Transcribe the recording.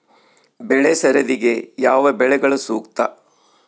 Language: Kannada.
ಬೆಳೆ ಸರದಿಗೆ ಯಾವ ಬೆಳೆಗಳು ಸೂಕ್ತ?